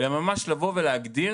אלא ממש לבוא ולהגדיר